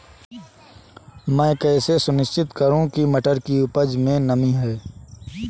मैं कैसे सुनिश्चित करूँ की मटर की उपज में नमी नहीं है?